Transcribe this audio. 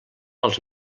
als